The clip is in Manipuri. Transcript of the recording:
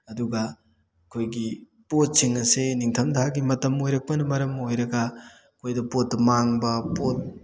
ꯑꯗꯨꯒ ꯑꯩꯈꯣꯏꯒꯤ ꯄꯣꯠꯁꯤꯡ ꯑꯁꯦ ꯅꯤꯡꯊꯝ ꯊꯥꯒꯤ ꯃꯇꯝ ꯑꯣꯏꯔꯛꯄꯅ ꯃꯔꯝ ꯑꯣꯏꯔꯒ ꯑꯩꯈꯣꯏꯗ ꯄꯣꯠꯇꯨ ꯃꯥꯡꯕ ꯄꯣꯠ